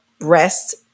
rest